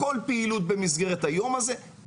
כל פעילות במסגרת היום הזה,